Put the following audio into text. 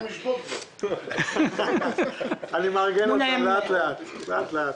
צריך לחזור לעניין הזה.